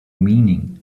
meaning